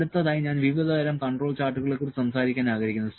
അടുത്തതായി ഞാൻ വിവിധ തരം കൺട്രോൾ ചാർട്ടുകളെ കുറിച്ച് സംസാരിക്കാൻ ആഗ്രഹിക്കുന്നു